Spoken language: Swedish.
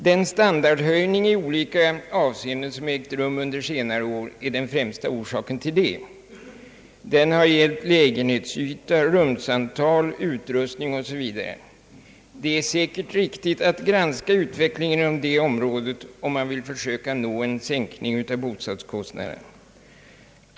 Den standardhöjning i olika avseenden som ägt rum under senare år är främsta orsaken till kostnadsnivån, och standardhöjningen har gällt lägenhetsyta, rumsantal, utrustning osv. Det är säkert riktigt att granska utvecklingen på detta område, om man vill försöka nå en sänkning av bostadskostnaderna.